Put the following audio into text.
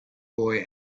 boy